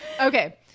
Okay